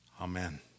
Amen